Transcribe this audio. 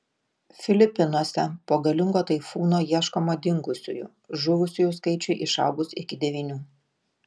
filipinuose po galingo taifūno ieškoma dingusiųjų žuvusiųjų skaičiui išaugus iki devynių